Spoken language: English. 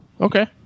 okay